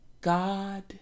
God